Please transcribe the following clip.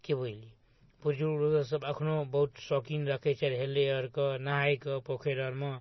कि बुझलिए बुजुर्गसभ एखनहु बहुत शौकीन रखै छथि हेलै आओरके नहाइके पोखरि आओरमे